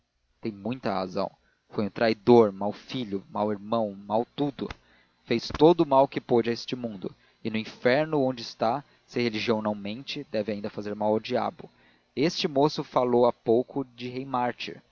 tem muita razão foi um traidor mau filho mau irmão mau tudo fez todo o mal que pôde a este mundo e no inferno onde está se a religião não mente deve ainda fazer mal ao diabo este moço falou há pouco em rei